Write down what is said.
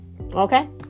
okay